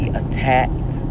attacked